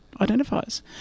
identifies